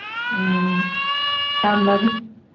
ꯎꯝ ꯊꯝꯃꯒꯦ